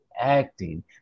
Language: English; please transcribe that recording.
acting